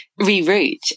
reroute